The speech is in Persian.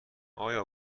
آیا